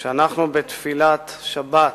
כשאנחנו בתפילת שבת